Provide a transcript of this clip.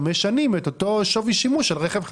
חמש שנים אותו שווי שימוש על רכב חדש.